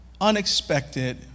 unexpected